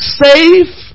safe